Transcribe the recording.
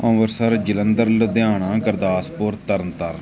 Amritsar Jalandhar Ludhiana Gurdaspur Tarn Taran